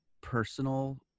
personal